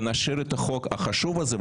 ונאשר את החוק החשוב הזה.